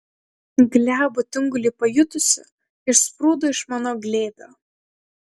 glebų tingulį pajutusi išsprūdo iš mano glėbio